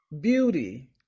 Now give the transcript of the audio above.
beauty